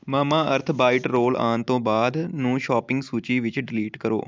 Mamaearth bite roll ਆਉਣ ਤੋਂ ਬਾਅਦ ਨੂੰ ਸ਼ੋਪਿੰਗ ਸੂਚੀ ਵਿੱਚ ਡਿਲੀਟ ਕਰੋ